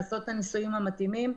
לעשות את הניסויים המתאימים,